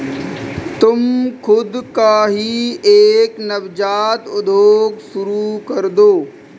तुम खुद का ही एक नवजात उद्योग शुरू करदो